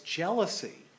jealousy